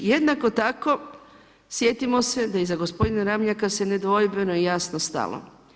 Jednako tako sjetimo se da iza gospodina Ramljaka se nedvojbeno i jasno stalo.